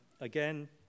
Again